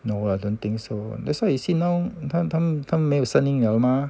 no lah don't think so that's why you see now 他们他们没有声音 liao 了吗